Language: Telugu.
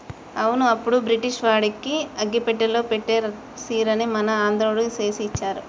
అవును అప్పుడు బ్రిటిష్ వాడికి అగ్గిపెట్టెలో పట్టే సీరని మన ఆంధ్రుడు చేసి ఇచ్చారు